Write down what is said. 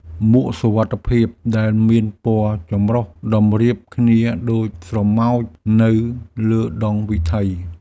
មួកសុវត្ថិភាពដែលមានពណ៌ចម្រុះតម្រៀបគ្នាដូចស្រមោចនៅលើដងវិថី។